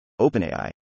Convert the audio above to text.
OpenAI